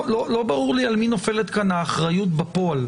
לא ברור לי על מי נופלת כאן האחריות בפועל.